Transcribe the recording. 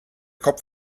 kopf